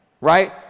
right